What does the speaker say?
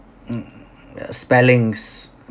mm the spellings